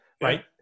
right